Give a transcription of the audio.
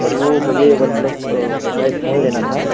سر وہ مجھے OnePlus کا ایک فون لینا تھا